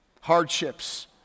hardships